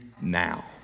now